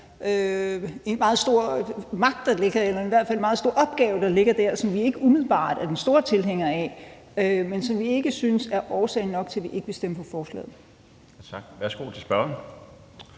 en meget stor opgave, der ligger dér, og som vi ikke umiddelbart er den store tilhænger af, men som vi ikke synes er årsag nok til, at vi ikke vil stemme for forslaget.